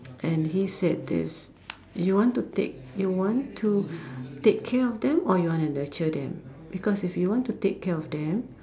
and he say this you want to take you want to take care of them or you want to nurture them because if you want to take care of them